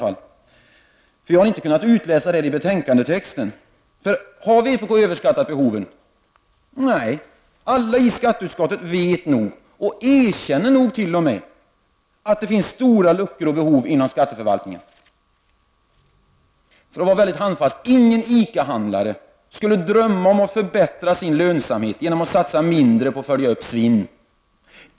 Tyvärr kan jag inte utläsa förklaringen i betänkandetexten. Har vpk överskattat behoven? Nej, alla i skatteutskottet vet nog och erkänner troligen att det finns stora luckor och behov inom skatteförvaltningen. För att vara handfast kan jag säga att ingen ICA-handlare skulle drömma om att förbättra sin lönsamhet genom att satsa mindre på att följa upp svinnet.